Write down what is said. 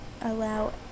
allow